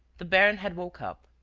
the baron had woke up.